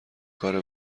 کار